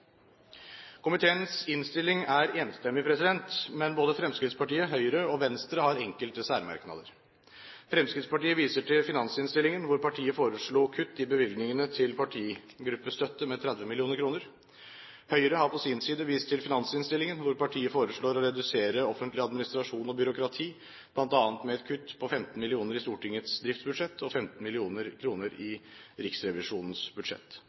Komiteens innstilling er enstemmig, men både Fremskrittspartiet, Høyre og Venstre har enkelte særmerknader. Fremskrittspartiet viser til finansinnstillingen, hvor partiet foreslo kutt i bevilgningene til partigruppestøtte med 30 mill. kr. Høyre har på sin side vist til finansinnstillingen, hvor partiet foreslår å redusere offentlig administrasjon og byråkrati, bl.a. med et kutt på 15 mill. kr i Stortingets driftsbudsjett og 15 mill. kr i Riksrevisjonens budsjett.